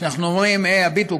שאנחנו אומרים: הי הביטו,